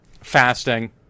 fasting